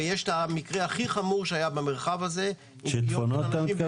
ויש המקרה הכי חמור שהיה במרחב הזה --- לא קשור